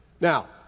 Now